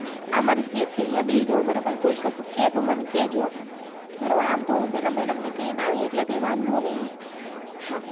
હા આ મારી સીટ છે અહીંયા બેસી જાવ બરાબર કોઈ કશું કહે તો મને કહેજો બરોબર આમ તો હું પેલા મેડમને કહીને આવી એટલે કાંઈ વાંધો નહીં